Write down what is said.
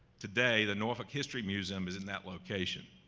today the norfolk history museum is in that location.